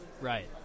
right